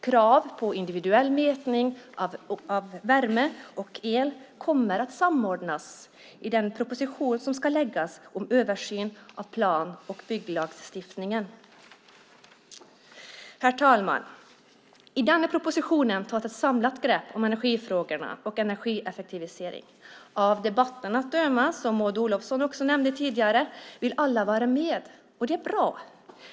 Krav på individuell mätning av värme och el kommer att samordnas i den proposition som ska läggas fram om översyn av plan och bygglagstiftningen. Herr talman! I denna proposition tas ett samlat grepp om energifrågorna och energieffektivisering. Av debatten att döma, som Maud Olofsson också nämnde tidigare, vill alla vara med. Och det är bra.